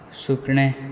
सुकणें